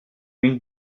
une